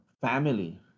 family